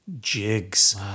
Jigs